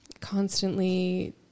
constantly